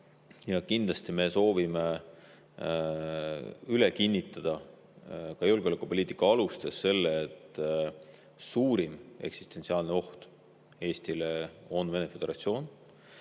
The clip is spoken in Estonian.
Kindlasti me soovime üle kinnitada ka julgeolekupoliitika alustes selle, et suurim eksistentsiaalne oht Eestile on Venemaa Föderatsioon.